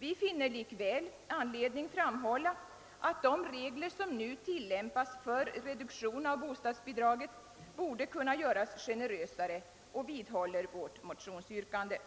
Vi finner likväl anledning framhålla att de regler som nu tillämpas för reduktion av bostadsbidraget borde kunna göras generösare, och vi vidhåller vårt motionsyrkande.